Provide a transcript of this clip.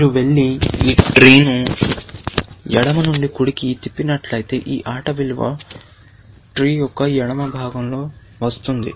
మీరు వెళ్లి ఈ ట్రీ ను ఎడమ నుండి కుడికి తిప్పినట్లయితే ఈ ఆట విలువ ట్రీ యొక్క ఎడమ భాగంలో వస్తుంది